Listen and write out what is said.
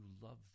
love